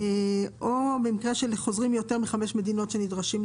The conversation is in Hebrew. ואנשים שחוזרים מיותר מחמש מדינות.